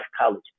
college